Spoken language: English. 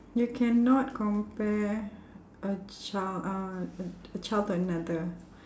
you cannot compare a child uh a a child to another